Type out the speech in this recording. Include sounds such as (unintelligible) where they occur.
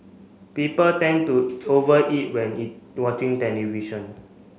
people tend to over eat when (unintelligible) watching television